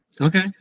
Okay